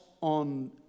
on